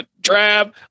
Drab